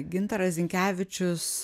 gintaras zinkevičius